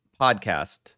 podcast